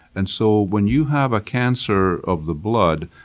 and so when you have a cancer of the blood,